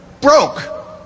broke